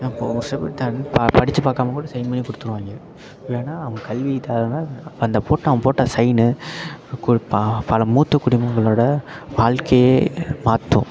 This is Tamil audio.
ஏன்னால் இப்போ ஒரு சில பேர் தன் ப படித்து பார்க்காமக் கூட சைன் பண்ணி கொடுத்துடுவாய்ங்க ஏன்னால் அவங்க கல்வி அந்த போட்ட அவன் போட்ட சைனு கு ப பல மூத்தக் குடிமக்களோடய வாழ்க்கையே மாற்றும்